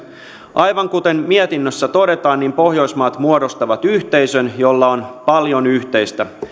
aivan kuten mietinnössä todetaan pohjoismaat muodostavat yhteisön jolla on paljon yhteistä